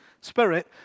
spirit